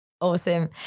Awesome